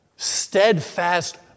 Steadfast